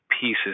pieces